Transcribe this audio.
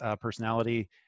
personality